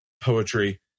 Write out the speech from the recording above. poetry